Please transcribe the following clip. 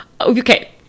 Okay